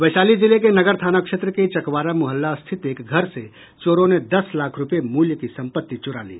वैशाली जिले के नगर थाना क्षेत्र के चकवारा मुहल्ला स्थित एक घर से चोरों ने दस लाख रुपये मूल्य की संपत्ति चुरा ली